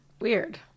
Weird